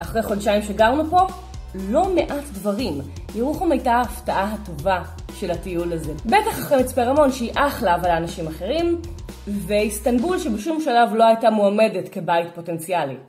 אחרי חודשיים שגרנו פה, לא מעט דברים. ירוחם הייתה ההפתעה הטובה של הטיול הזה. בטח מצפה רמון שהיא אחלה אבל לאנשים אחרים ואסתנבול שבשום שלב לא הייתה מועמדת כבית פוטנציאלי.